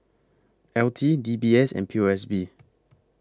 L T D B S and P O S B